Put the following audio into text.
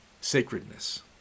sacredness